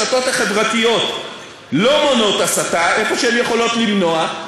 אין ספק שאם הרשתות החברתיות לא מונעות הסתה איפה שהן יכולות למנוע,